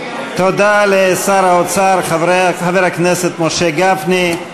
תודה לשר האוצר חבר הכנסת משה כחלון.